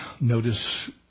notice